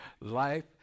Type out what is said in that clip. life